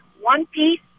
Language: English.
one-piece